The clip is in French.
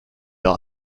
leur